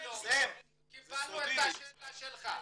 קיבלנו את השאלה שלך.